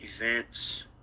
events